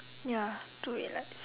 ya do it like this